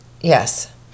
yes